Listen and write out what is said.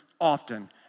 often